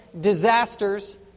disasters